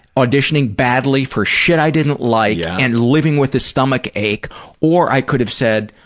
auditioning badly for shit i didn't like, and living with a stomachache, or i could have said,